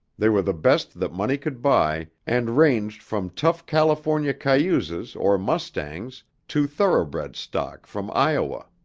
they were the best that money could buy and ranged from tough california cayuses or mustangs to thoroughbred stock from iowa.